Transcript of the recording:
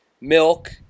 milk